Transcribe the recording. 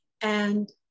And-